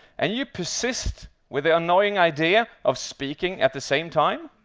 and you persist with the annoying idea of speaking at the same time,